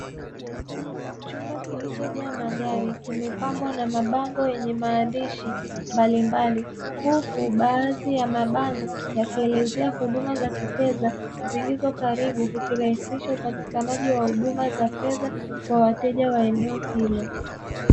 Chumba kilichojaa magari kimepambwa na mabango yenye maandishi mbalimbali, huku baadhi ya mabango yakielezea huduma za kifedha zilizokaribu zikirahisisha upatikanaji wa huduma za fedha kwa wateja wa eneo hilo.